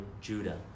Judah